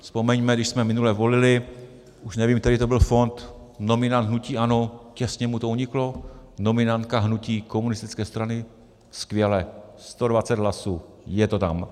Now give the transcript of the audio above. Vzpomeňme, když jsme minule volili už nevím, který to byl fond nominant hnutí ANO těsně mu to uniklo, nominantka hnutí komunistické strany skvěle, 120 hlasů, je to tam.